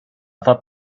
thought